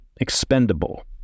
expendable